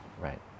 right